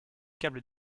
câbles